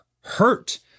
hurt